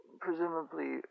presumably